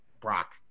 Brock